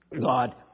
God